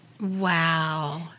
Wow